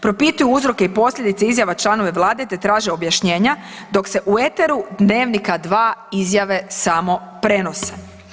Propituju uzroke i posljedice izjava članova Vlade te traže objašnjenja, dok se u eteru Dnevnika 2 izjave samo prenose.